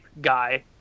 guy